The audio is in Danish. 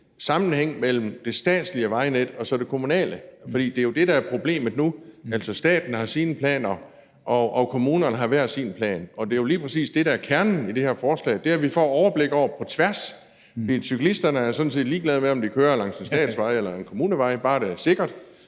sammenhæng mellem det statslige vejnet og så det kommunale, for det er jo det, der er problemet nu. Altså, staten har sine planer, og kommunerne har hver deres plan, og det er jo lige præcis det, der er kernen i det her forslag – det er, at vi får et overblik over det på tværs. For cyklisterne er sådan set ligeglade med, om de kører langs en statsvej eller en kommunevej – bare der er sikkert